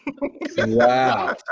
Wow